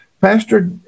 Pastor